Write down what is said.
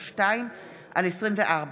ו-פ/932/24,